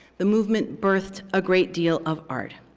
the movement birthed a great deal of art.